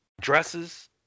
dresses